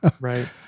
Right